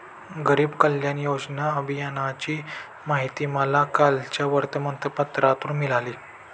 गरीब कल्याण योजना अभियानाची माहिती मला कालच्या वर्तमानपत्रातून मिळाली